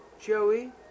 Joey